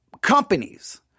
companies